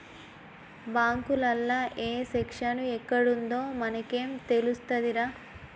బాంకులల్ల ఏ సెక్షను ఎక్కడుందో మనకేం తెలుస్తదిరా